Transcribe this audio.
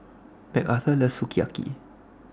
Macarthur loves Sukiyaki